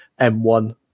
M1